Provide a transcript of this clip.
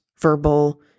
verbal